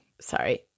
Sorry